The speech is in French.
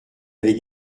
avait